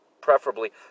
preferably